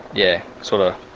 yeah, sort of.